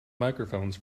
microphones